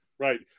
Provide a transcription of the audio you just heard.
Right